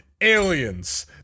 aliens